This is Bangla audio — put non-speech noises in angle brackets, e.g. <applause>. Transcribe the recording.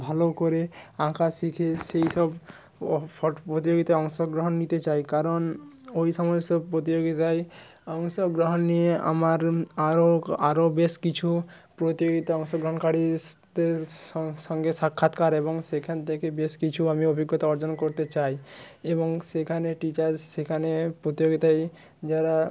ভালো করে আঁকা শিখে সেই সব <unintelligible> প্রতিযোগিতায় অংশগ্রহণ নিতে চাই কারণ ওই সময়ের সব প্রতিযোগিতায় অংশগ্রহণ নিয়ে আমার আরও আরও বেশ কিছু প্রতিযোগিতায় অংশগ্রহণকারীদের সঙ্গে সাক্ষাৎকার এবং সেখান থেকে বেশ কিছু আমি অভিজ্ঞতা অর্জন করতে চাই এবং সেখানে টিচার সেখানে প্রতিযোগিতায় যারা